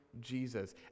Jesus